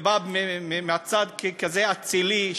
ובא מצד כזה אצילי,